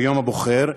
ביום הבוחר.